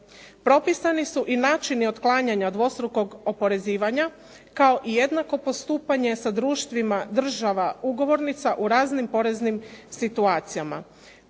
Propisani su i načini otklanjanja dvostrukog oporezivanja kao i jednako postupanje sa društvima država ugovornica u raznim poreznim situacijama.